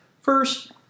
First